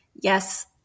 Yes